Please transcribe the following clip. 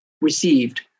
received